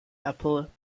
apple